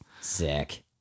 Sick